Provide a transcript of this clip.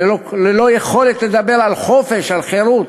ללא יכולת לדבר על חופש, על חירות,